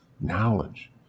knowledge